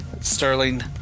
Sterling